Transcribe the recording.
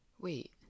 Wait